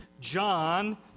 John